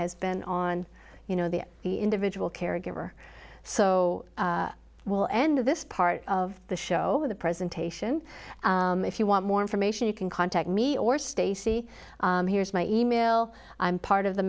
has been on you know the individual caregiver so i will end this part of the show with a presentation if you want more information you can contact me or stacy here's my e mail i'm part of the